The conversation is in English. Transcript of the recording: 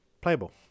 playable